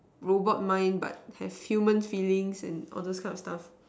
robot mind but have human feelings and all those kind of stuff